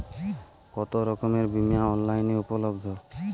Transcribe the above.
কতোরকমের বিমা অনলাইনে উপলব্ধ?